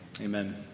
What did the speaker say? amen